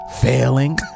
failing